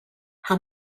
how